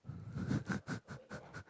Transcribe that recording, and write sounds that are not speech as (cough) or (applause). (laughs)